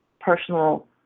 personal